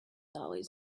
always